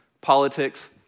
politics